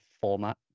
format